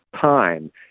time